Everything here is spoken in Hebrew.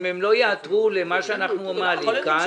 אם הם לא ייעתרו למה שאנחנו מעלים כאן,